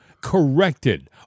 corrected